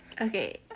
Okay